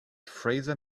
fraser